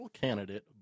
candidate